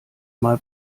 mal